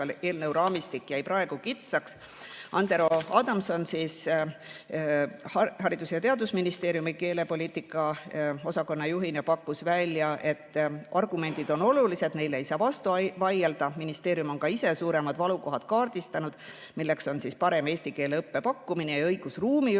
eelnõu raamistik jäi praegu kitsaks. Andero Adamson Haridus‑ ja Teadusministeeriumi keelepoliitika osakonna juhina pakkus välja, et argumendid on olulised, neile ei saa vastu vaielda, ministeerium on ka ise kaardistanud suuremad valukohad, milleks on parem eesti keele õppe pakkumine ja õigusruumi